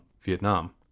Vietnam